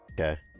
Okay